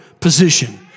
position